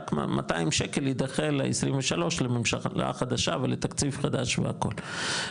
רק 200 שקל יידחה ל-23 לממשלה חדשה ולתקציב חדש והכול.